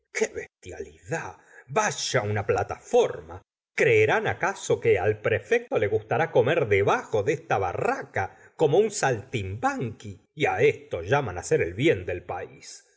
bestialidad vaya una plataforma creerán acaso que al prefecto le gustará comer debajo de esa barraca como un saltimbanqui y á esto llaman hacer el bien del país